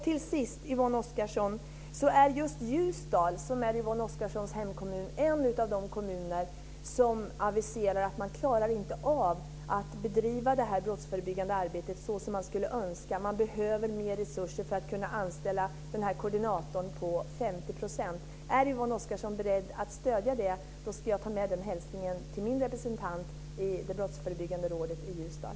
Till sist vill jag säga att just Ljusdal, som är Yvonne Oscarssons hemkommun, är en av de kommuner som aviserar att de inte klarar av att bedriva det brottsförebyggande arbetet såsom man skulle önska. Man behöver mer resurser för att kunna anställa koordinatorn på 50 %. Är Yvonne Oscarsson beredd att stödja det? I så fall ska jag ta med den hälsningen till min representant i det brottsförebyggande rådet i Ljusdal.